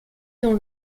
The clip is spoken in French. dans